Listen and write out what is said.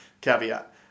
caveat